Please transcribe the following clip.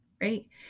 right